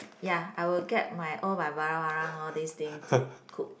ya I will get my all my barang barang all these thing to cook